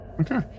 Okay